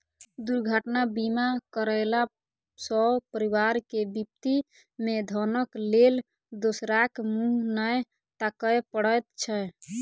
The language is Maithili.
दुर्घटना बीमा करयला सॅ परिवार के विपत्ति मे धनक लेल दोसराक मुँह नै ताकय पड़ैत छै